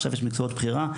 ועכשיו יש מקצועות בחירה.